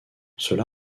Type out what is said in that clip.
cela